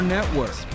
Network